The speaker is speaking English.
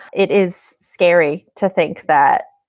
it is scary to think that,